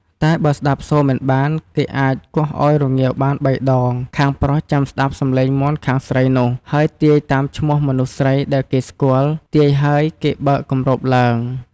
តែបើស្តាប់សូរមិនបានគេអាចគោះឱ្យរងាវបានបីដង ខាងប្រុសចាំស្តាប់សំឡេងមាន់ខាងស្រីនោះ ហើយទាយតាមឈ្មោះមនុស្សស្រីដែលគេស្គាល់ ទាយហើយគេបើកគម្របឡើង ។